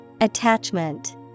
Attachment